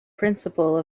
principle